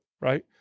right